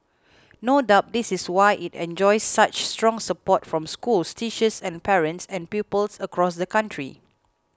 no doubt this is why it enjoys such strong support from schools teachers and parents and pupils across the country